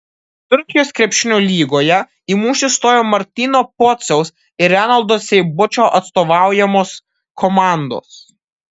turkijos krepšinio lygoje į mūšį stojo martyno pociaus ir renaldo seibučio atstovaujamos komandos